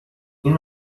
این